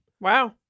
Wow